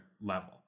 level